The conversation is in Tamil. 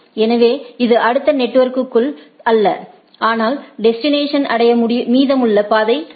எனவே இது அடுத்த நெட்வொர்க்குகள் அல்ல ஆனால் டெஸ்டினேஷன் அடைய மீதமுள்ள பாதை என்ன